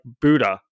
Buddha